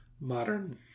modern